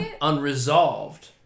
unresolved